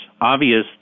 obvious